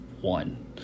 one